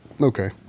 okay